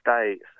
states